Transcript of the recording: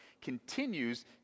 continues